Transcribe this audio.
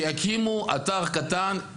שיקימו אתר קטן,